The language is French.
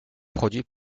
produit